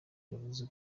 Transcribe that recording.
yavuze